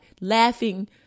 laughing